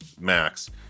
max